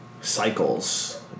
cycles